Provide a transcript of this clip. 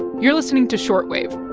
you're listening to short wave